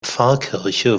pfarrkirche